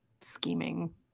scheming